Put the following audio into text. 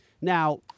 Now